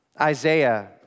Isaiah